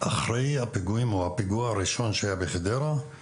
אחרי הפיגוע הראשון שהיה בחדרה,